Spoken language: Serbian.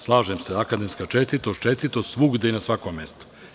Slažem se, akademska čestitost, čestitost svugde i na svakom mestu.